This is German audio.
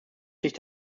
sich